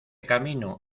camino